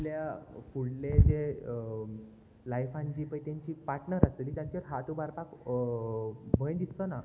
आपल्या फुडले जे लायफान जी पय तेंची पार्टनर आसतली तांचेर हात उबारपाक भंय दिसचोना